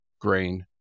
grain